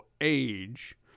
age